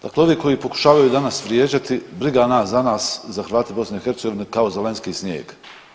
Dakle, ovi koji pokušavaju danas vrijeđati briga nas za nas za Hrvate BiH kao za lanjski snijeg.